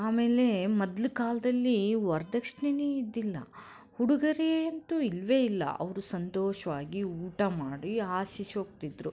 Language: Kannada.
ಆಮೇಲೆ ಮೊದ್ಲ ಕಾಲದಲ್ಲಿ ವರ್ದಕ್ಷಿಣೇನೇ ಇದ್ದಿಲ್ಲ ಉಡುಗೊರೆಯಂತೂ ಇಲ್ಲವೇ ಇಲ್ಲ ಅವರು ಸಂತೋಷವಾಗಿ ಊಟ ಮಾಡಿ ಆಶಿಸೋಗ್ತಿದ್ರು